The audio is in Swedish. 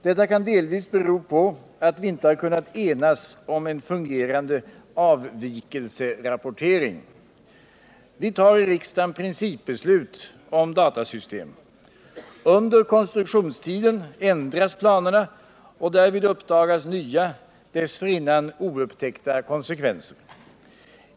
Detta kan delvis bero på att vi inte kunnat enas om en fungerande avvikelserapportering. Vi tar i riksdagen principbeslut om datasystem. Under konstruktionstiden ändras planerna, och därvid uppdagas nya, dessförinnan oupptäckta konsekvenser.